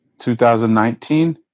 2019